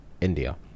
india